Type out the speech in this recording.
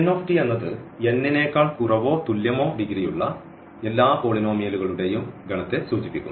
Pn എന്നത് n നേക്കാൾ കുറവോ തുല്യമോ ഡിഗ്രിയുള്ള എല്ലാ പോളിനോമിയലുകളുടെയും ഗണത്തെ സൂചിപ്പിക്കുന്നു